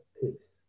peace